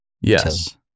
Yes